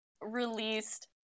released